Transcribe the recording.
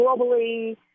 globally